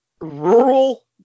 rural